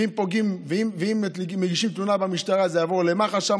ואם מגישים תלונה למשטרה זה יעבור למח"ש,